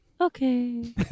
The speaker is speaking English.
Okay